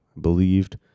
believed